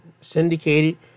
syndicated